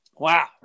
Wow